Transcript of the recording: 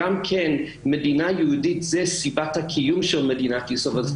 ומדינה יהודית היא סיבת הקיום של מדינת ישראל.